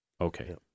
Okay